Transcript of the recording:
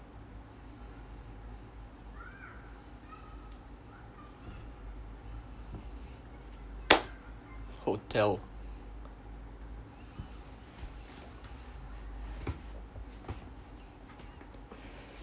hotel